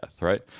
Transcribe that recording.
right